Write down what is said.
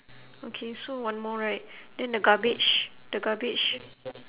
okay so one more right then the garbage the garbage